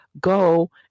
go